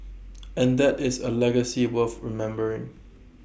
and that is A legacy worth remembering